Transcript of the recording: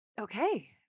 okay